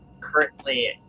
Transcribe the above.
Currently